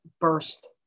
burst